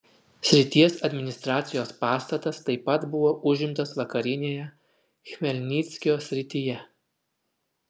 srities administracijos pastatas taip pat buvo užimtas vakarinėje chmelnyckio srityje